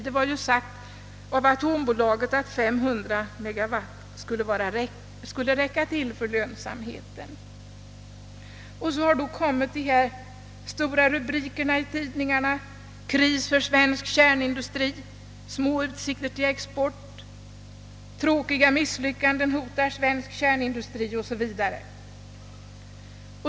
Det var ju sagt av atombolaget att 500 megawatt skulle räcka till för lönsamheten. Så har då de stora tidningsrubrikerna kommit: »Kris för svensk kärnindustri.» »Små utsikter till export». »Tråkiga misslyckanden hotar svensk kärnindustri» o.s.v.